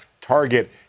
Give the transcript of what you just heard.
target